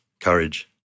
courage